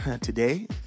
Today